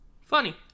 Funny